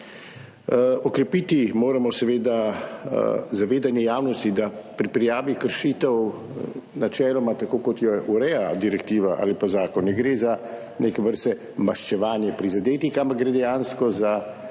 Okrepiti moramo zavedanje javnosti, da pri prijavi kršitev načeloma, tako kot jo ureja direktiva ali zakon, ne gre za neke vrste maščevanje prizadetih, ampak gre dejansko